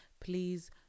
please